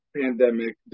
pandemic